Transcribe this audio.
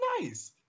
nice